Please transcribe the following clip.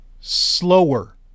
slower